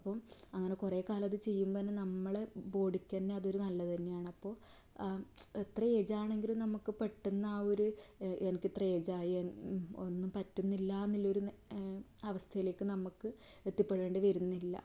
അപ്പോൾ അങ്ങനെ കുറേ കാലം അത് ചെയ്യുമ്പോൾ തന്നെ നമ്മളെ ബോഡിയ്ക്കുതന്നെ അതൊരു നല്ലതുതന്നെയാണ് അപ്പോൾ എത്ര ഏജ് ആണെങ്കിലും നമുക്ക് പെട്ടെന്നാ ഒരു എനിക്കിത്ര ഏജായി ഒന്നും പറ്റുന്നില്ലാന്ന് ഉള്ളൊരു അവസ്ഥയിലേക്ക് നമുക്ക് എത്തിപ്പെടേണ്ടി വരുന്നില്ല